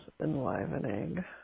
enlivening